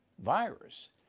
virus